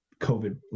COVID